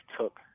took